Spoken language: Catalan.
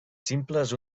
simples